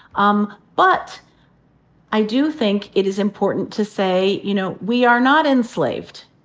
um but i do think it is important to say, you know, we are not enslaved.